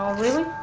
really,